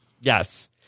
yes